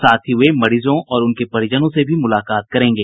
साथ ही वे मरीजों और उनके परिजनों से भी मुलाकात करेंगे